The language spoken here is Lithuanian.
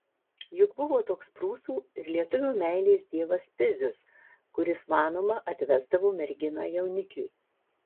juk buvo toks prūsų ir lietuvių meilės dievas pizius kuris manoma atvesdavo merginą jaunikiui